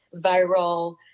viral